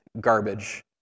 garbage